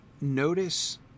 Notice